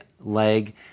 leg